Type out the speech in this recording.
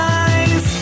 eyes